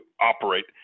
operate